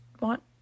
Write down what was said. want